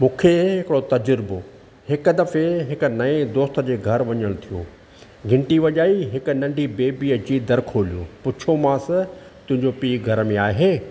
मूंखे हिकिड़ो तर्जुबो हिकु दफ़े हिकु नए दोस्त जे घरु वञणु थिओ घंटी वजाई हिकु नंढी बेबी अची दर खोलियो पुछियोमांसि तुंहिंजो पीउ घर में आहे